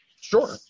Sure